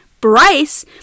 Bryce